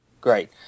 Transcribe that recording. Great